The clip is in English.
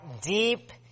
deep